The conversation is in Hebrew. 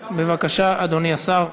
בבקשה, אדוני השר.